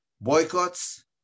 Boycotts